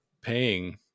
paying